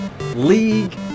league